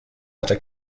hatte